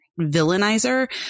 villainizer